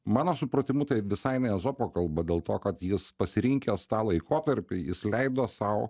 mano supratimu tai visai ne ezopo kalba dėl to kad jis pasirinkęs tą laikotarpį jis leido sau